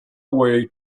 way